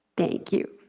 thank you.